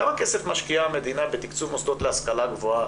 כמה כסף משקיעה המדינה בתקצוב המוסדות להשכלה גבוהה